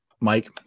Mike